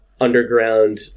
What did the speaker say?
underground